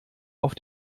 auf